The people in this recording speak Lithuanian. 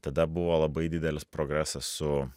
tada buvo labai didelis progresas su